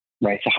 right